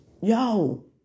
yo